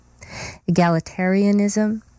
egalitarianism